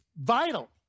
vital